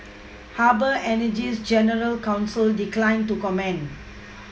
Harbour Energy's general counsel declined to comment